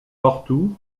partout